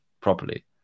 properly